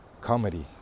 Comedy